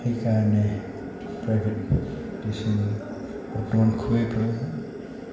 সেইকাৰণে private tuition বৰ্তমান খুবেই প্ৰয়োজন